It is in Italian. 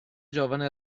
giovane